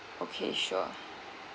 okay sure